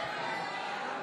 הסתייגות 9 לחלופין לא